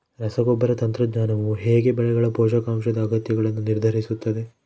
ರಸಗೊಬ್ಬರ ತಂತ್ರಜ್ಞಾನವು ಹೇಗೆ ಬೆಳೆಗಳ ಪೋಷಕಾಂಶದ ಅಗತ್ಯಗಳನ್ನು ನಿರ್ಧರಿಸುತ್ತದೆ?